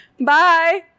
Bye